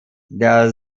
der